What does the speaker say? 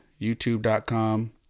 youtube.com